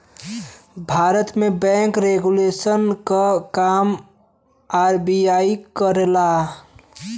भारत में bank regulation क काम आर.बी.आई करला